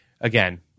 Again